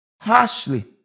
harshly